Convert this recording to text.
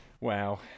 wow